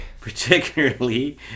Particularly